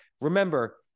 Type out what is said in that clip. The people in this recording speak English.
Remember